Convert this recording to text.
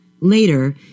Later